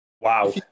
Wow